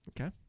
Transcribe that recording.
Okay